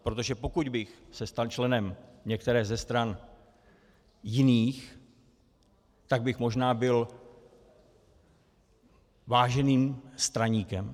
Protože pokud bych se stal členem některé ze stran jiných, tak bych možná byl váženým straníkem.